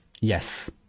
Yes